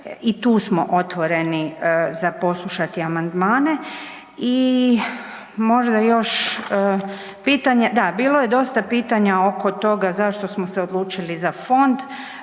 i tu smo otvoreni za poslušati amandmane. I možda još, da bilo je dosta pitanja oko toga zašto smo se odlučili za fond,